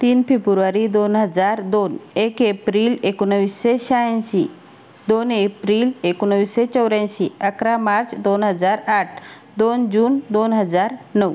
तीन फेब्रुवारी दोन हजार दोन एक एप्रिल एकोणवीसशे शहाऐंशी दोन एप्रिल एकोणवीसशे चौऱ्याऐंशी अकरा मार्च दोन हजार आठ दोन जून दोन हजार नऊ